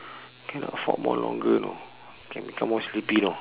cannot afford more longer know can become more sleepy know